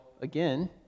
again